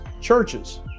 churches